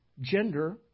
gender